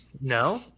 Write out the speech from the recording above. No